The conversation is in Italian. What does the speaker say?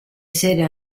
serie